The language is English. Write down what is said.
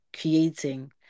creating